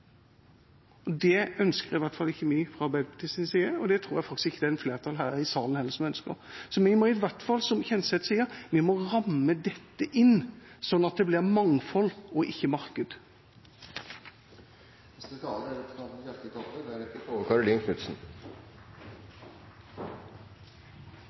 Det ønsker i hvert fall ikke vi fra Arbeiderpartiets side, og det tror jeg faktisk ikke det er noe flertall her i salen heller som ønsker. Vi må i hvert fall, som Kjenseth sier, ramme dette inn, slik at det blir mangfold og ikke marked.